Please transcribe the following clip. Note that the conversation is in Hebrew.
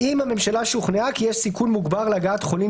אם הממשלה שוכנעה כי יש סיכון מוגבר להגעת חולים